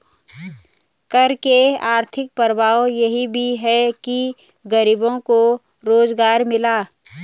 कर के आर्थिक प्रभाव यह भी है कि गरीबों को रोजगार मिला